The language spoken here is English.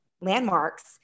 landmarks